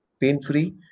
pain-free